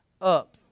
up